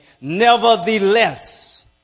Nevertheless